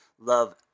love